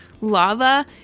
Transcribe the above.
lava